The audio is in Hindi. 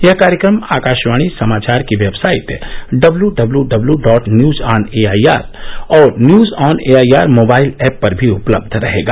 यह कार्यक्रम आकाशवाणी समाचार की website W W W W dot news on AIR और news on AIR mobile app पर भी उपलब्ध रहेगा